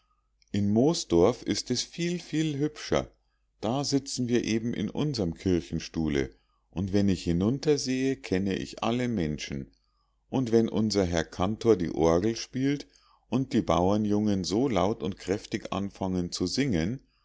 in moosdorf ist es viel viel hübscher da sitzen wir eben in unsrem kirchstuhle und wenn ich hinunter sehe kenne ich alle menschen und wenn unser herr kantor die orgel spielt und die bauernjungen so laut und kräftig anfangen zu singen